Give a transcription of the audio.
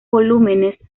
volúmenes